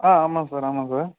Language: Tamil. ஆ ஆமாம் சார் ஆமாம் சார்